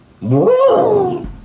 Woo